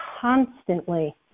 constantly